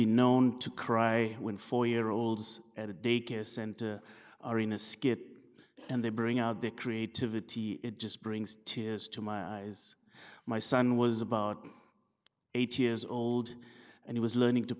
been known to cry when four year olds at a daycare center are in a skit and they bring out the creativity it just brings tears to my eyes my son was about eight years old and he was learning to